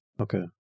Okay